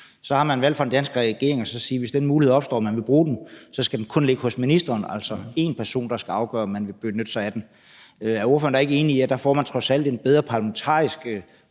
Så har man valgt fra den danske regerings side at sige, at hvis den mulighed opstår og man vil bruge den, så skal den kun ligge hos ministeren, altså at det kun er en person, der skal afgøre, om man vil benytte sig af den. Er ordføreren da ikke enig i, at der får må man da trods alt en bedre parlamentarisk